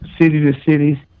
city-to-city